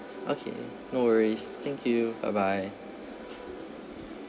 okay no worries thank you bye bye